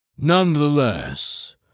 Nonetheless